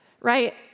right